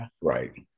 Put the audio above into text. Right